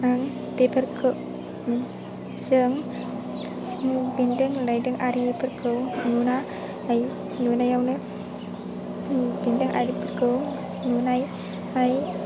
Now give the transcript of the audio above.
आं बेफोरखौ जों जि बेन्दों रायदों आरिफोरखौ नुनायावनो जों बेन्दों आरिफोरखौ नुनाय नाय